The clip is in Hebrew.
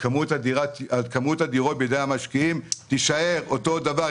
כמות הדירות בידי המשקיעים תישאר אותו הדבר.